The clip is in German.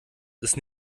ist